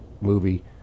movie